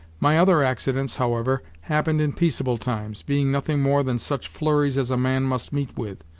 my other accidents, however, happened in peaceable times, being nothing more than such flurries as a man must meet with,